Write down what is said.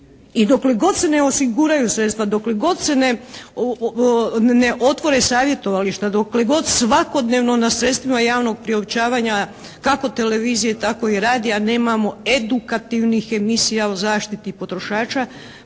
I dokle god se ne osiguraju sredstva, dokle god se ne otvore savjetovališta, dokle god svakodnevno na sredstvima javnog priopćavanja kako televizije tako i radija nemamo edukativnih emisija o zaštiti potrošača